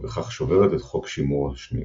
ובכך שוברת את חוק שימור השניות.